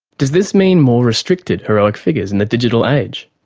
does this mean more restricted heroic figures in the digital age?